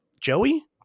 Joey